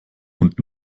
und